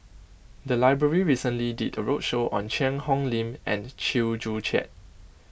the library recently did a roadshow on Cheang Hong Lim and Chew Joo Chiat